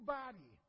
body